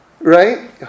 right